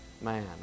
man